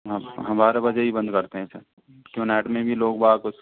बारह बजे ही बंद करते है सर नाइट में भी लोग वाग कुछ